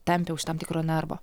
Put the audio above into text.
tampė už tam tikro narvo